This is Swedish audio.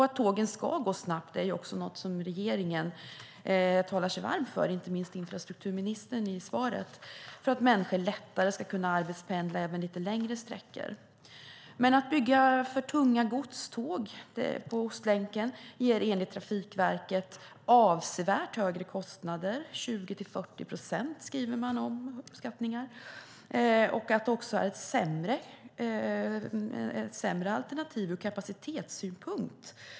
Att tågen ska gå snabbt är också något som regeringen talar sig varm för, inte minst infrastrukturministern i svaret, så att människor lättare ska kunna arbetspendla även lite längre sträckor. Att bygga för tunga godståg på Ostlänken ger enligt Trafikverket avsevärt högre kostnader, - en uppskattning är 20-40 procent, skriver man - och är ett sämre alternativ ur kapacitetssynpunkt.